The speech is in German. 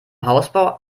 hausbau